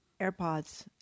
AirPods